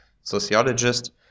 sociologist